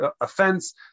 offense